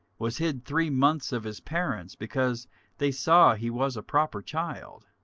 was hid three months of his parents, because they saw he was a proper child